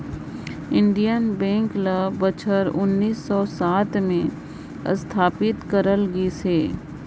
Indian bank ल बछर उन्नीस सव सात में असथापित करल गइस अहे